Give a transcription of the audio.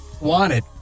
wanted